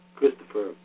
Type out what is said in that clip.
Christopher